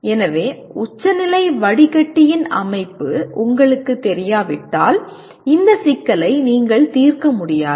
எனவே உச்சநிலை வடிகட்டியின் அமைப்பு உங்களுக்குத் தெரியாவிட்டால் இந்த சிக்கலை நீங்கள் தீர்க்க முடியாது